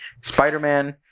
Spider-Man